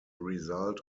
result